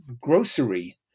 grocery